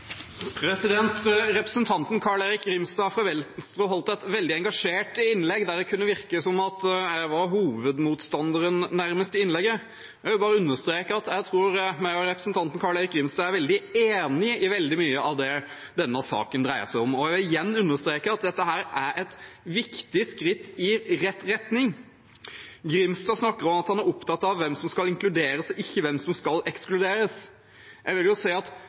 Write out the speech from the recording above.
tall! Representanten Carl-Erik Grimstad fra Venstre holdt et veldig engasjert innlegg der det kunne virke som om jeg nærmest var hovedmotstanderen. Jeg vil bare understreke at jeg tror jeg og representanten Carl-Erik Grimstad er veldig enige om veldig mye av det denne saken dreier seg om. Jeg vil igjen understreke at dette er et viktig skritt i rett retning. Grimstad snakker om at han er opptatt av hvem som skal inkluderes, ikke hvem som skal ekskluderes. Jeg er opptatt av dem som nå skal inkluderes, men det må jo også være lov å si at